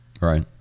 right